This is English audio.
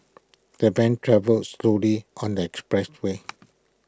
the van travelled slowly on the expressway